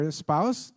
spouse